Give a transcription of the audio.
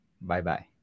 Bye-bye